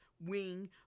wing